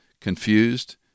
confused